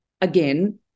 again